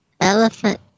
elephant